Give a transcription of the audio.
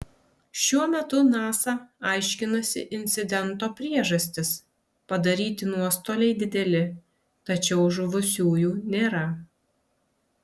šiuo metu nasa aiškinasi incidento priežastis padaryti nuostoliai dideli tačiau žuvusiųjų nėra